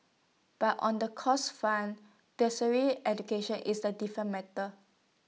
but on the costs front tertiary education is A different matter